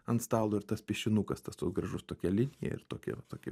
ant stalo ir tas piešinukas tas gražus tokia linija ir tokia tokia